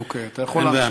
אוקיי, אתה יכול להמשיך